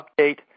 update